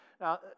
now